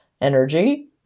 Energy